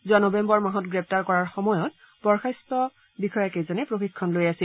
যোৱা নৱেম্বৰ মাহত গ্ৰেপ্তাৰ কৰাৰ সময়ত বৰ্খস্ত বিষয়াকেইজন প্ৰশিক্ষণ লৈ আছিল